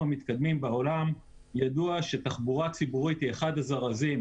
המתקדמים בעולם ידוע שתחבורה ציבורית היא אחד הזרזים